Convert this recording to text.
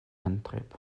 antrieb